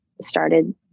started